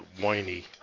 whiny